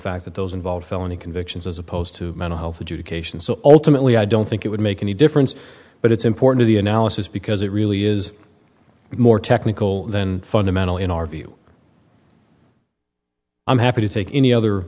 fact that those involved felony convictions as opposed to mental health adjudication so ultimately i don't think it would make any difference but it's important the analysis because it really is more technical than fundamental in our view i'm happy to take any other